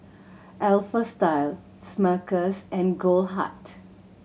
Alpha Style Smuckers and Goldheart